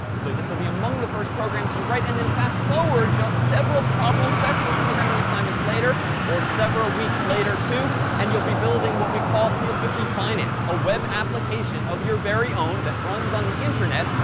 so this will be among the first programs you write. and then fast forward just several problem sets or programming assignments later, or several weeks later, too, and you'll be building what we call c s five zero finance, a web application of your very own that runs on the internet,